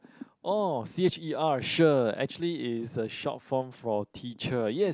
orh C H E R cher actually is a short form for teacher yes